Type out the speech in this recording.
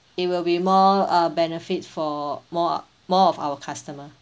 it will be more uh benefit for more uh more of our customer